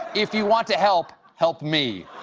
if you want to help, help me.